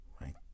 right